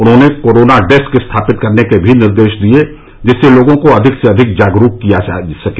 उन्होंने corona desk स्थापित करने के भी निर्देश दिए जिससे लोगों को अधिक से अधिक जागरूक किया जा सके